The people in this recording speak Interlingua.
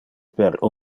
per